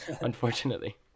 unfortunately